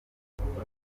niyongabo